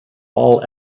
all